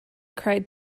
cried